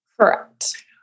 Correct